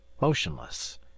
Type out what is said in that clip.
motionless